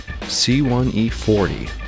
C1E40